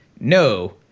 no